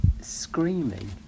screaming